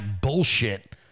bullshit